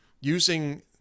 using